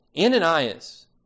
Ananias